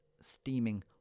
steaming